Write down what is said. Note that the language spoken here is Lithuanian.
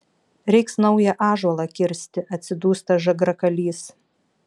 reiks naują ąžuolą kirsti atsidūsta žagrakalys